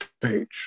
page